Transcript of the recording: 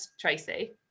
Tracy